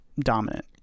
dominant